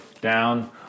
Down